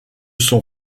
son